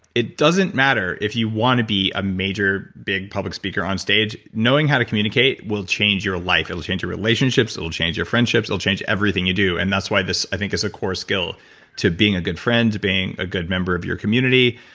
it doesn't matter if you want to be a major big public speaker on stage, knowing how to communicate will change your life, it'll change your relationships, it'll change your friendships, it'll change everything you do and that's why this i think is a core skill to being a good friend, to being a good member of your community.